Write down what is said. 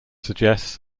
suggests